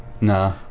Nah